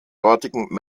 dortigen